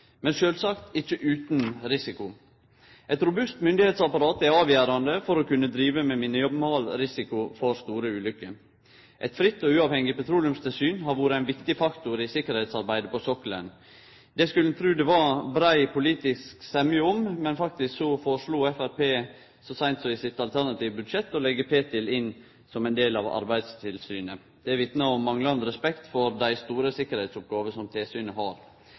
men sjølvsagt ikkje utan risiko. Eit robust myndigheitsapparat er avgjerande for å kunne drive med minimal risiko for store ulykker. Eit fritt og uavhengig petroleumstilsyn har vore ein viktig faktor i sikkerheitsarbeidet på sokkelen. Det skulle ein tru det var brei politisk semje om, men faktisk foreslo Framstegspartiet så seint som i sitt alternative budsjett å leggje Ptil inn som ein del av Arbeidstilsynet. Det vitnar om manglande respekt for dei store sikkerheitsoppgåvene som tilsynet har.